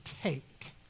take